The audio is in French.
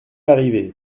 larrivé